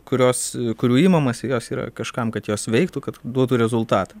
kurios kurių imamasi jos yra kažkam kad jos veiktų kad duotų rezultatą